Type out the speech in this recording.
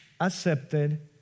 accepted